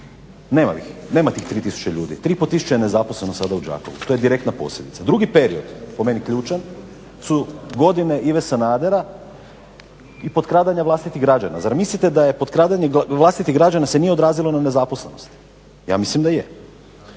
nema ih, nema tih 3 tisuće ljudi, 3 i pol tisuće je nezaposleno sada u Đakovu, to je direktna posljedica. Drugi period po meni ključan su godine Ive Sanadera i potkradanje vlastitih građana. Zar mislite da je potkradanja vlastitih građana se nije odrazilo na nezaposlenost? Ja mislim da je.